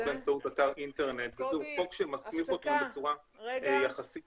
באמצעות אתר אינטרנט וזה חוק שמסמיך אותנו בצורה יחסית